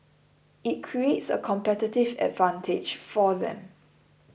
it creates a competitive advantage for them